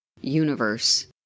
universe